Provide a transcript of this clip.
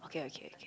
okay okay okay